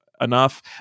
enough